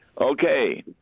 Okay